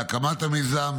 להקמת המיזם,